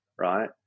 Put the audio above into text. right